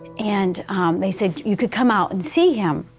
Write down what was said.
and they said, you can come out and see him.